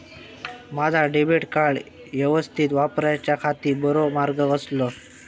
माजा debit card यवस्तीत वापराच्याखाती बरो मार्ग कसलो?